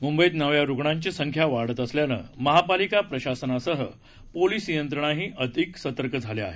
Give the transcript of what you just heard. मुंबईत नव्या रुग्णांची संख्या वाढत असल्याने महापालिका प्रशासनासह पोलीस यंत्रणाही अधिक सतर्क झाली आहे